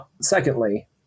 secondly